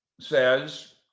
says